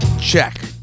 check